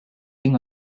been